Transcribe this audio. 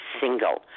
single